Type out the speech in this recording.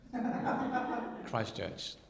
Christchurch